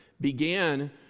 began